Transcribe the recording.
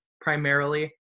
primarily